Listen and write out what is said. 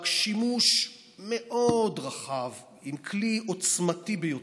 שימוש מאוד רחב עם כלי עוצמתי ביותר.